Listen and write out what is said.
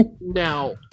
Now